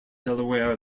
delaware